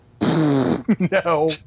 No